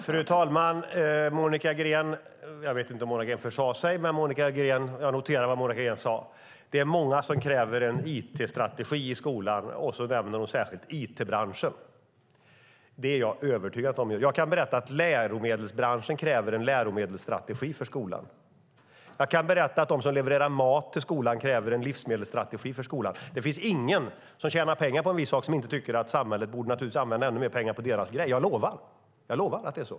Fru talman! Jag vet inte om Monica Green försade sig, men jag noterade vad hon sade: Det är många som kräver en it-strategi i skolan. Hon nämnde särskilt it-branschen. Det är jag övertygad om. Jag kan berätta att läromedelsbranschen kräver en läromedelsstrategi för skolan. Jag kan berätta att de som levererar mat till skolan kräver en livsmedelsstrategi för skolan. Det finns ingen som tjänar pengar på en viss sak som inte tycker att samhället borde använda ännu mer pengar på deras grej - jag lovar att det är så!